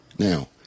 Now